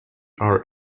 are